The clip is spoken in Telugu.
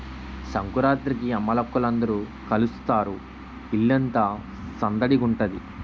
సంకురాత్రికి అమ్మలక్కల అందరూ కలుస్తారు ఇల్లంతా సందడిగుంతాది